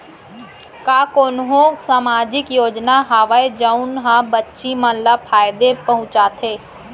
का कोनहो सामाजिक योजना हावय जऊन हा बच्ची मन ला फायेदा पहुचाथे?